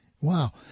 Wow